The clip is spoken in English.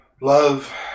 Love